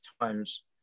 times